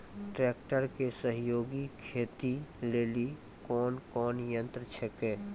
Tractor के सहयोगी खेती लेली कोन कोन यंत्र छेकै?